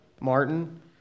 Martin